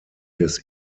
des